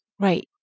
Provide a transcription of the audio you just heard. Right